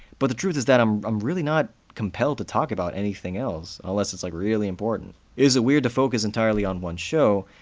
but the truth is that i'm um really not compelled to talk about anything else, unless it's, like, really important. is it weird to focus entirely on one show?